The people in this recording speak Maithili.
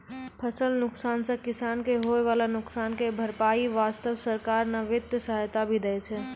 फसल नुकसान सॅ किसान कॅ होय वाला नुकसान के भरपाई वास्तॅ सरकार न वित्तीय सहायता भी दै छै